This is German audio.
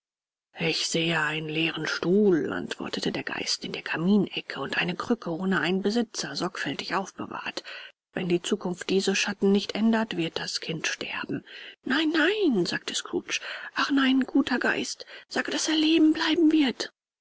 ich sehe einen leeren stuhl antwortete der geist in der kaminecke und eine krücke ohne einen besitzer sorgfältig aufbewahrt wenn die zukunft diese schatten nicht ändert wird das kind sterben nein nein sagte scrooge ach nein guter geist sage daß er leben bleiben wird